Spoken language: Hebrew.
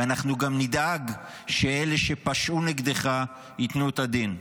ואנחנו גם נדאג שאלה שפשעו נגדך ייתנו את הדין.